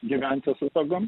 gyventi su ta gam